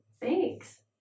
Thanks